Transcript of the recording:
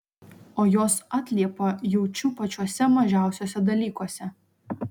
o jos atliepą jaučiu pačiuose mažiausiuose dalykuose